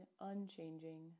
unchanging